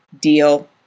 Deal